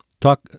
Talk